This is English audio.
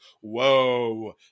whoa